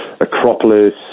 Acropolis